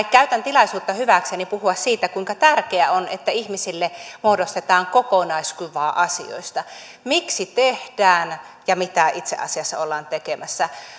käytän tilaisuutta hyväkseni puhua siitä kuinka tärkeää on että ihmisille muodostetaan kokonaiskuva asioista miksi tehdään ja mitä itse asiassa ollaan tekemässä